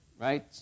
right